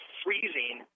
freezing